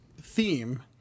theme